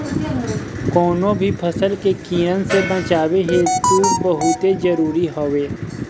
कवनो भी फसल के कीड़न से बचावल बहुते जरुरी हवे